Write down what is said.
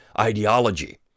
ideology